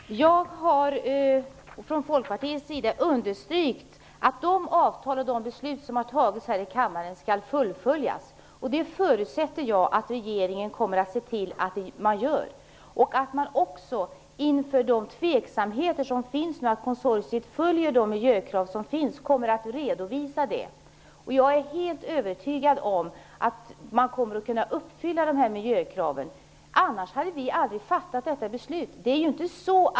Herr talman! Jag har för Folkpartiets del understrukit att de avtal som har ingåtts, och de beslut som har fattats här i kammaren skall fullföljas. Jag förutsätter att regeringen kommer att se till att detta görs, och att den, med tanke på de tveksamheter som finns huruvida konsortiet uppfyller de miljökrav som finns, ser till att det redovisas. Jag är helt övertygad om att miljökraven kommer att kunna uppfyllas. Annars hade vi aldrig fattat detta beslut.